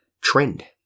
trend